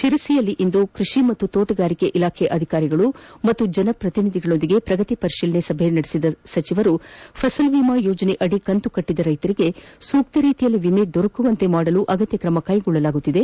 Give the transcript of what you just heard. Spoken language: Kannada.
ಶಿರಸಿಯಲ್ಲಿಂದು ಕೃಷಿ ಹಾಗೂ ತೋಟಗಾರಿಕಾ ಇಲಾಖೆಯ ಅಧಿಕಾರಿಗಳು ಹಾಗೂ ಜನಪ್ರತಿನಿಧಿಗಳೊಡನೆ ಪ್ರಗತಿ ಪರಿತೀಲನಾ ಸಭೆ ನಡೆಸಿದ ಸಚಿವರು ಫಸಲು ವಿಮಾ ಯೋಜನೆಯಡಿ ಕಂತು ಕಟ್ಟದ ರೈತರಿಗೆ ಸೂಕ್ತ ರೀತಿಯಲ್ಲಿ ವಿಮೆ ದೊರಕುವಂತೆ ಮಾಡಲು ಅಗತ್ಯ ಕ್ರಮ ಕೈಗೊಳ್ಳಲಾಗುತ್ತಿದೆ